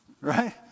Right